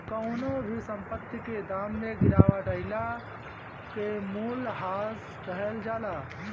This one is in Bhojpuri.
कवनो भी संपत्ति के दाम में गिरावट आइला के मूल्यह्रास कहल जाला